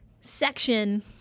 section